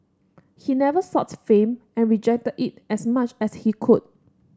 he never sought fame and rejected it as much as he could